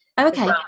Okay